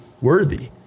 worthy